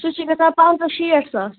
سُہ چھُے گژھان پَنٛژاہ شیٚٹھ ساس